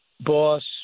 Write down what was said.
boss